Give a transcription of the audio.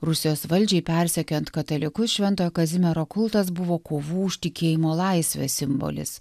rusijos valdžiai persekiojant katalikus šventojo kazimiero kultas buvo kovų už tikėjimo laisvę simbolis